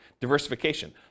diversification